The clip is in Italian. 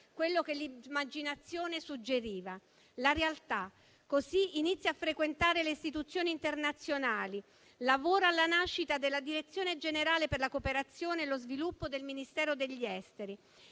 quello che l'immaginazione suggeriva. La realtà: iniziò così a frequentare le istituzioni internazionali, lavorò alla nascita della Direzione generale per la cooperazione allo sviluppo del Ministero degli affari